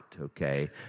okay